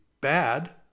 bad